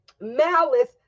Malice